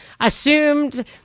assumed